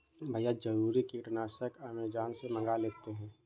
भैया जरूरी कीटनाशक अमेजॉन से मंगा लेते हैं